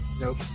Nope